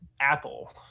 Apple